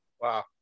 Wow